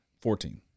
Fourteen